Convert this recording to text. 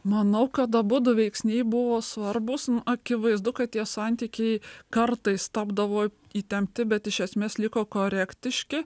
manau kad abudu veiksniai buvo svarbūs akivaizdu kad tie santykiai kartais tapdavo įtempti bet iš esmės liko korektiški